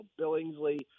Billingsley